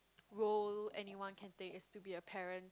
role anyone can take is to be a parent